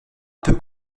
peu